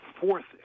fourth